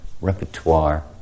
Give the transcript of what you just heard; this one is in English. repertoire